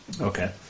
Okay